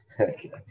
Okay